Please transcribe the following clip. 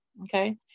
Okay